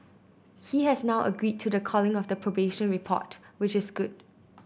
he has now agreed to the calling of the probation report which is good